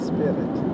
Spirit